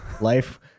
Life